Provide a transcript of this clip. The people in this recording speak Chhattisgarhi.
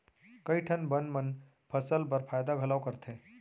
कई ठन बन मन फसल बर फायदा घलौ करथे